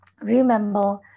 remember